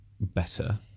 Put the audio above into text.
better